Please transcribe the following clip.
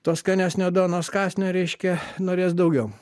to skanesnio duonos kąsnio reiškia norės daugiau